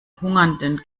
hungernden